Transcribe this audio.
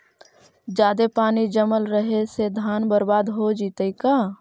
जादे पानी जमल रहे से धान बर्बाद हो जितै का?